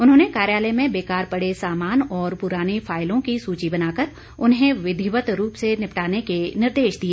उन्होंने कार्यालय में बेकार पड़े सामान और पुरानी फायलों की सूची बनाकर उन्हें विधिवत रूप से निपटाने के निर्देश भी दिए